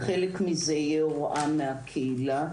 חלק מזה יהיה הוראה מהקהילה,